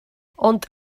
ond